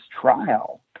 trial